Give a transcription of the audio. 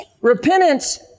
Repentance